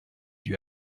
lui